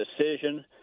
decision